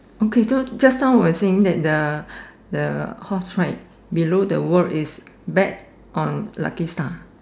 okay so just now we're saying that the the horse right below the word is bet on lucky star